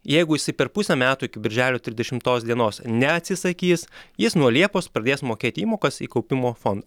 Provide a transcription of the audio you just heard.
jeigu jisai per pusę metų iki birželio trisdešimtos dienos neatsisakys jis nuo liepos pradės mokėt įmokas į kaupimo fondą